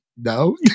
No